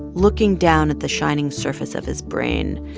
looking down at the shining surface of his brain,